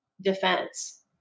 defense